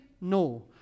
no